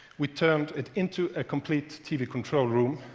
we turned it into a complete tv control room.